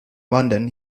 london